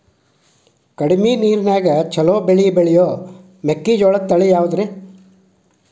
ಕಡಮಿ ನೇರಿನ್ಯಾಗಾ ಛಲೋ ಬೆಳಿ ಬೆಳಿಯೋ ಮೆಕ್ಕಿಜೋಳ ತಳಿ ಯಾವುದ್ರೇ?